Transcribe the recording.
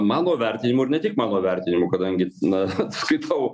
mano vertinimu ir ne tik mano vertinimu kadangi na skaitau